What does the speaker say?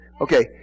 Okay